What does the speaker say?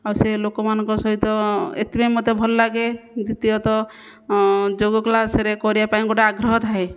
ଆଉ ସେ ଲୋକମାନଙ୍କ ସହିତ ଏଇଥିପାଇଁ ମୋତେ ଭଲ ଲାଗେ ଦ୍ୱିତୀୟତଃ ଯୋଗ କ୍ଲାସ୍ରେ କରିବାପାଇଁ ଗୋଟେ ଆଗ୍ରହ ଥାଏ